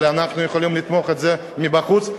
אבל אנחנו יכולים לתמוך בזה מבחוץ,